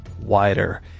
wider